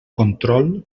control